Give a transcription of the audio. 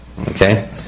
Okay